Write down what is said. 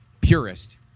purist